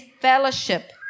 fellowship